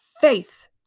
faith